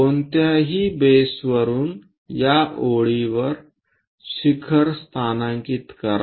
कोणत्याही बेस वरुन या ओळीवर शिखर स्थानांकित करा